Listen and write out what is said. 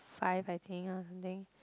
five I think or something